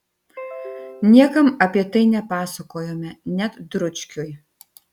niekam apie tai nepasakojome net dručkiui